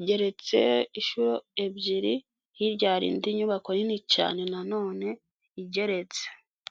igereretse inshuro ebyiri, hirya hari indi nyubako nini cyane nanone igeretse.